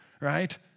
right